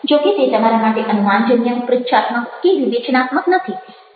જો કે તે તમારા માટે અનુમાનજન્ય પ્રુચ્છાત્મક કે વિવેચનાત્મક નથી